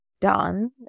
done